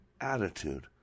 attitude